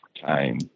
time